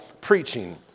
preaching